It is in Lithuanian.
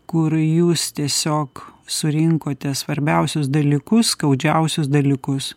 kur jūs tiesiog surinkote svarbiausius dalykus skaudžiausius dalykus